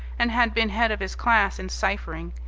and had been head of his class in ciphering,